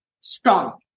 Strong